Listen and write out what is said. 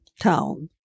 town